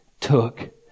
took